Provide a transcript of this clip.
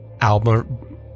album